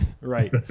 right